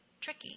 tricky